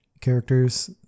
characters